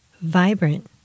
vibrant